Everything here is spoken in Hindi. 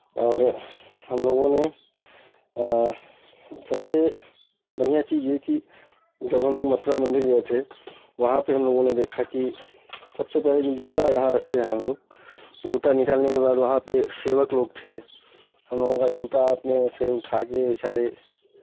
और हमलोगों ने सबसे बढ़ियाँ चीज़ ये कि जब हमलोग मथुरा मन्दिर गए थे वहाँ पे हमलोगों ने देखा कि सबसे पहले जो जूता यहाँ रखते हैं हमलोग जूता निकालने के बाद वहाँ पे सेवक लोग थे हमलोगों का जूता अपने से उठा के बेचारे